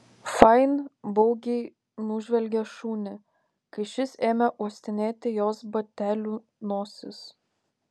fain baugiai nužvelgė šunį kai šis ėmė uostinėti jos batelių nosis